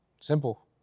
simple